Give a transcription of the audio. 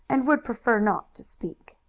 and would prefer not to speak.